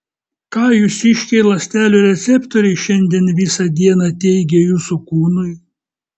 ką jūsiškiai ląstelių receptoriai šiandien visą dieną teigė jūsų kūnui